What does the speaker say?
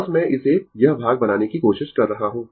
बस मैं इसे यह भाग बनाने की कोशिश कर रहा हूं